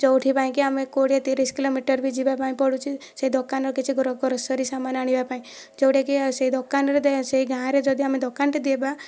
ଯୋଉଁଥିପାଇଁକି ଆମେ କୋଡ଼ିଏ ତିରିଶ କିଲୋମିଟର ବି ଯିବାପାଇଁ ପଡ଼ୁଛି ସେହି ଦୋକାନରୁ କିଛି ଗ୍ରୋସରୀ ସାମାନ ଆଣିବା ପାଇଁ ଯୋଉଁଟାକି ସେହି ଦୋକାନରେ ସେହି ଗାଁରେ ଯଦି ଆମେ ଦୋକାନ ଟିଏ ଦେବା